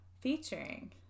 featuring